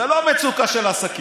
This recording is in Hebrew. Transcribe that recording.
זו לא מצוקה של עסקים